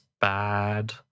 bad